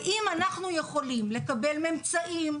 האם אנחנו יכולים לקבל ממצאים,